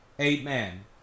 Amen